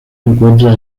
encuentra